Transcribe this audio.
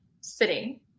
sitting